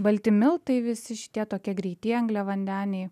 balti miltai visi šitie tokie greitieji angliavandeniai